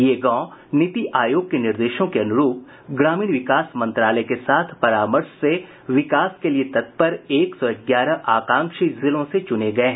ये गांव नीति आयोग के निर्देशों के अनुरूप ग्रामीण विकास मंत्रालय के साथ परामर्श से विकास के लिये तत्पर एक सौ ग्यारह आकांक्षी जिलों से चुने गये हैं